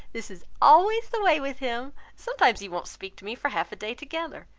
this is always the way with him! sometimes he won't speak to me for half a day together,